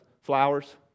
flowers